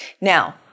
Now